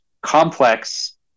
complex